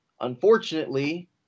unfortunately